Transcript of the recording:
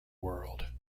world